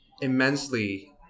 immensely